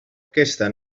aquesta